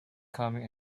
coming